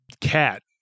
cat